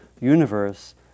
universe